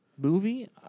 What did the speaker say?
Movie